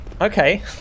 Okay